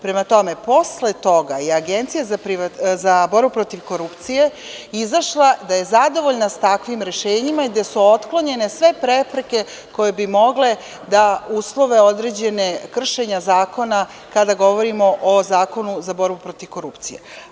Prema tome, posle toga je Agencija za borbu protiv korupcije izašla zadovoljna sa takvim rešenjima i da su otklonjene sve prepreke koje bi mogle da uslove određena kršenja zakona kada govorimo o Zakonu za borbu protiv korupcije.